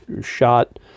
shot